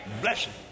blessing